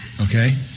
okay